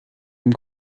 dem